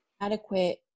Adequate